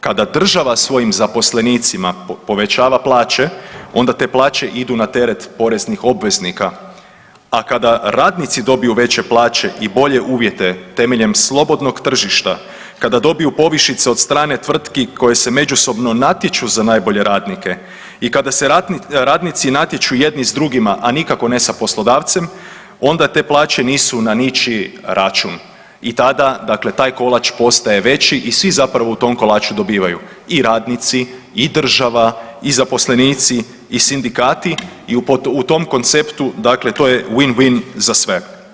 Kada država svojim zaposlenicima povećava plaće onda te plaće idu na teret poreznih obveznika, a kada radnici dobiju veće plaće i bolje uvjete temeljem slobodnog tržišta, kada dobiju povišice od strane tvrtki koje se međusobno natječu za najbolje radnike i kada se radnici natječu jedni s drugima, a nikako ne s poslodavcem onda te plaće nisu na ničiji račun i tada taj kolač postaje veći i svi u tom kolaču dobivaju i radnici, i država, i zaposlenici, i sindikati i u tom konceptu dakle to je win-win za sve.